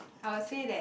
I would say that